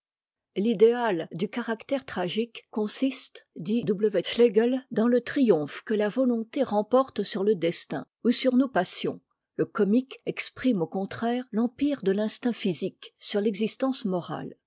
l'idéal du caractère tragique consiste dit w schlegel dans le triomphe que la volonté rem porte sur le destin ou sur nos passions le comm me exprime au contraire l'empire de l'instinct physique sur l'existence morale